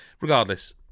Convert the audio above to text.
regardless